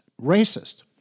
Racist